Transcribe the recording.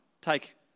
Take